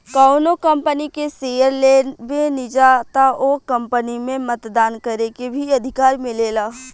कौनो कंपनी के शेयर लेबेनिजा त ओ कंपनी में मतदान करे के भी अधिकार मिलेला